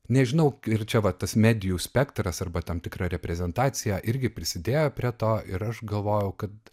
nežinau ir čia va tas medijų spektras arba tam tikra reprezentacija irgi prisidėjo prie to ir aš galvojau kad